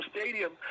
stadium